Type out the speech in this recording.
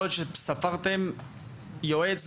יכול להיות שספרתם יועץ,